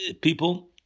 people